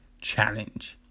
challenge